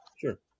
sure